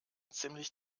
ziemlich